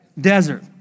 desert